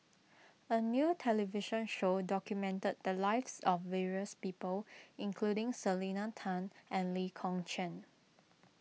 a new television show documented the lives of various people including Selena Tan and Lee Kong Chian